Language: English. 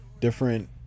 different